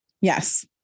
Yes